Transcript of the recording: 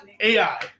AI